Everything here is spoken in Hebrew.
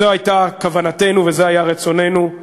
זו הייתה כוונתנו וזה היה רצוננו.